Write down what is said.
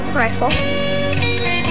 rifle